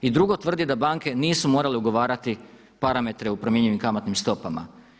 I drugo tvrdi da banke nisu morale ugovarati parametre u promjenjivim kamatnim stopama.